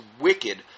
wicked